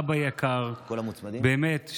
אבא יקר באמת,